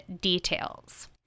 details